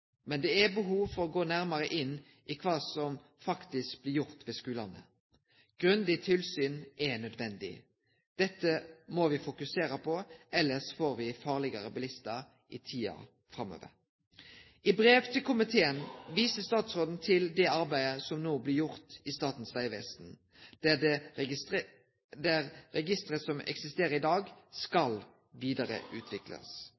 men det er behov for å gå nærare inn i kva som faktisk blir gjort ved skulane. Grundig tilsyn er nødvendig. Dette må me fokusere på, elles får me farlegare bilistar i tida framover. I brev til komiteen viser statsråden til det arbeidet som no blir gjort i Statens vegvesen, der det registeret som eksisterer i dag,